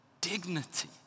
dignity